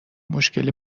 مشکل